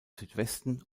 südwesten